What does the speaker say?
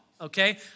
okay